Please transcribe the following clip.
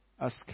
ask